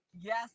Yes